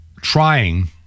trying